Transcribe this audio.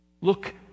Look